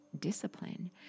discipline